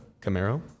Camaro